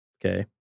Okay